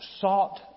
sought